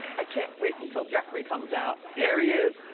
i can't wait until jeffrey comes out. here he is.